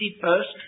first